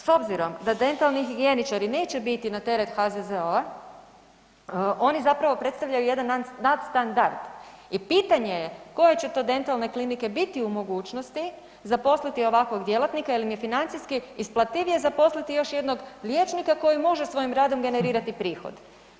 S obzirom da dentalni higijeničari neće biti na teret HZZO-a, oni zapravo predstavljaju jedan nadstandard i pitanje je koje će to dentalne klinike biti u mogućnosti zaposliti ovakvog djelatnika jer im je financijski isplativije zaposliti još jednog liječnika koji može svojim radom generirati prihod.